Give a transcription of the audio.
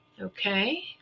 Okay